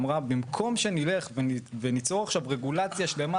במקום שנלך וניצור עכשיו רגולציה שלמה